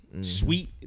sweet